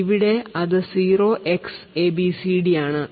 ഇവിടെ അത് zero 0Xabcd ആണ്